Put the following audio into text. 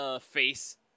face